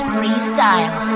Freestyle